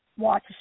watch